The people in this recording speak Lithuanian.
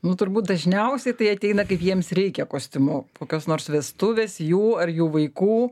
nu turbūt dažniausiai tai ateina kaip jiems reikia kostiumo kokios nors vestuvės jų ar jų vaikų